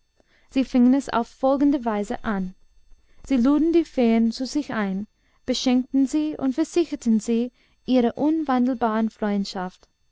sie fingen es auf folgende weise an sie luden die feen zu sich ein beschenkten sie und versicherten sie ihrer unwandelbaren freundschaft